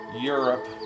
Europe